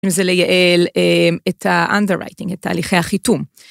אם זה לייעל את ה-underwriting, את תהליכי החיתום.